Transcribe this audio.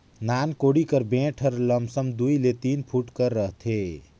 नान कोड़ी कर बेठ हर लमसम दूई ले तीन फुट कर रहथे